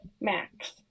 Max